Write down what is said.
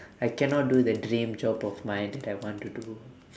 I cannot do the dream job of mine that I want to do